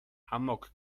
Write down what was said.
amok